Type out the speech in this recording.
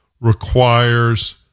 requires